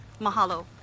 Mahalo